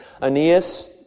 Aeneas